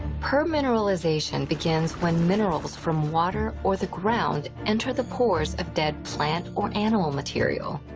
permineralization begins when minerals from water or the ground enter the pores of dead plant or animal material.